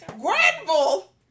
Granville